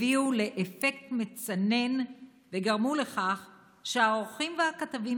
הביאו ל'אפקט מצנן' וגרמו לכך שהעורכים והכתבים